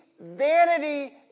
vanity